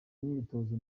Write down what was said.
imyitozo